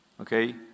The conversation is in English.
Okay